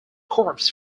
corps